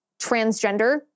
transgender